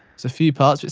a few parts,